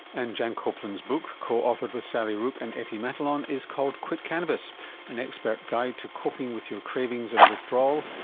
and jan copeland's book, co-authored with sally rooke and etty matalon, is called quit cannabis an expert guide to coping with your cravings and withdrawal,